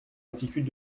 attitude